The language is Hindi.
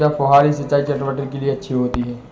क्या फुहारी सिंचाई चटवटरी के लिए अच्छी होती है?